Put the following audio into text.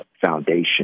Foundation